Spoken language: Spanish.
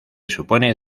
supone